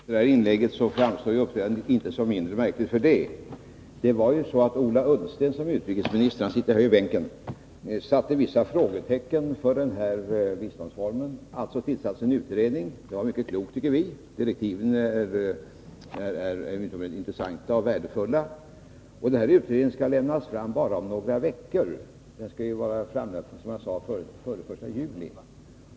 Fru talman! Detta inlägg gjorde inte att folkpartiets uppträdande framstår som mindre märkligt. Ola Ullsten, som sitter här i sin bänk, satte ju vissa frågetecken för denna biståndsform. Därför tillsattes en utredning, vilket vi tycker var mycket klokt. Direktiven är utomordentligt intressanta och värdefulla, och utredningens resultat skall läggas fram om några veckor. Det skall, som jag förut sade, vara framlagt före den 1 juli.